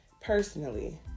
personally